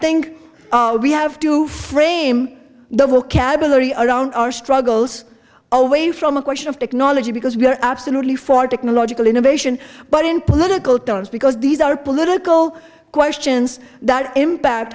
think we have to frame the vocabulary of around our struggles away from a question of technology because we are absolutely for technological innovation but in political terms because these are political questions that impact